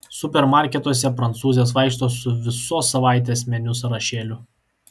supermarketuose prancūzės vaikšto su visos savaitės meniu sąrašėliu